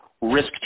risk